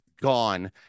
gone